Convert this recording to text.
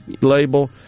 label